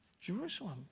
Jerusalem